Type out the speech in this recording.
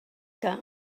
que